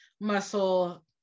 muscle